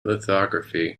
lithography